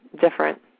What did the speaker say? different